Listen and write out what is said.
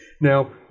Now